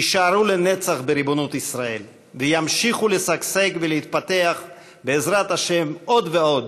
יישארו לנצח בריבונות ישראל וימשיכו לשגשג ולהתפתח בעזרת השם עוד ועוד,